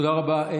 תודה רבה.